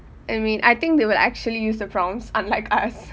and mean I think they will actually use the prompts unlike us